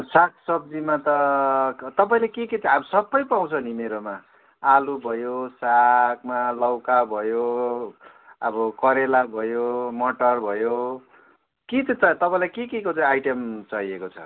साग सब्जीमा त तपाईँले के के चा अब सबै पाउँछ नि मेरोमा आलु भयो सागमा लौका भयो अब करेला भयो मटर भयो के चाहिँ चाहियो तपाईँलाई के के को चाहिँ आइटम चाहिएको छ